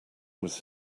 was